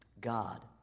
God